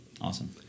Awesome